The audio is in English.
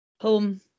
Home